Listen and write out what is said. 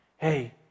Hey